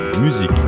musique